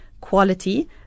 quality